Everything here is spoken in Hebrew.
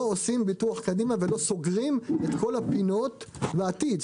עושים ביטוח קדימה ולא סוגרים את כל הפינות לעתיד.